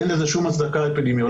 אין לזה שום הצדקה אפידמיולוגית,